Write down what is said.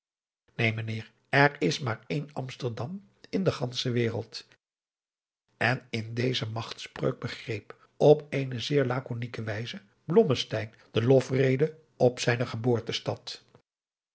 neen mijnheer er is maar één amsterdam in de gansche wereld en in deze magtspreuk begreep op eene zeer lakonike wijze blommesteyn de lofrede op zijne geboortestad